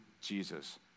Jesus